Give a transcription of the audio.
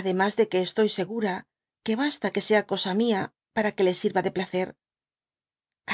ademas de que estoy segura que basta que sea cosa mia peu a que le sirva de placer